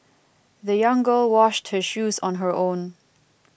the young girl washed her shoes on her own